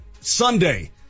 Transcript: Sunday